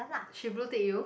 she bluetick you